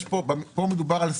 פה מדובר על סכומים.